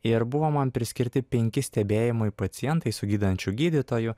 ir buvo man priskirti penki stebėjimui pacientai su gydančiu gydytoju